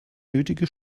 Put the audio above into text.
nötige